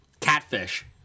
Catfish